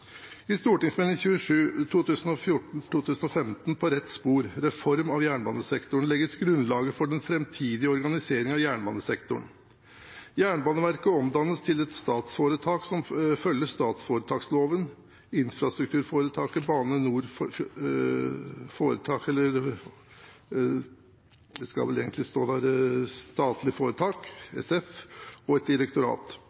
I Meld. St. 27 for 2014–2015, På rett spor – Reform av jernbanesektoren, legges grunnlaget for den framtidige organiseringen av jernbanesektoren. Jernbaneverket omdannes til et statsforetak som følger statsforetaksloven, infrastrukturforetaket Bane NOR SF, og et direktorat. Infrastrukturforetaket skal